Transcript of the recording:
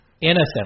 Innocent